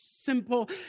simple